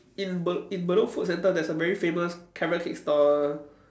in Be~ in Bedok food centre there's a very famous carrot cake stall